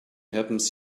happens